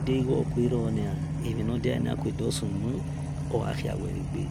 Day igho okue ro nia emhi bhi nia kue dor sunu ogha khawe bhe gbe